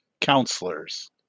counselors